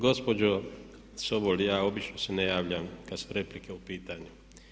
Gospođo Sobol, ja obično se ne javljam kad su replike u pitanju.